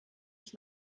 ich